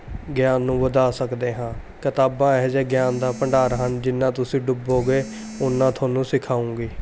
ਗਿਆਨ ਨੂੰ ਵਧਾ ਸਕਦੇ ਹਾਂ ਕਿਤਾਬਾਂ ਇਹੋ ਜਿਹੇ ਗਿਆਨ ਦਾ ਭੰਡਾਰ ਹਨ ਜਿੰਨਾ ਤੁਸੀਂ ਡੁੱਬੋਗੇ ਉਨਾ ਤੁਹਾਨੂੰ ਸਿਖਾਉਂਗੀ